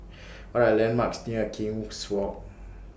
What Are The landmarks near King's Walk